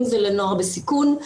אם זה לנוער בסיכון,